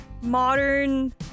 modern